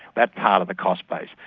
that's part of the cost base.